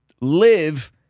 live